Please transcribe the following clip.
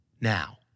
now